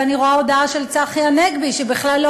ואני רואה הודעה של צחי הנגבי שבכלל לא